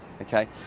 okay